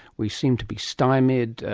we seem to be stymied.